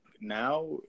now